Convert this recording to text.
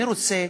אני רוצה